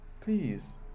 please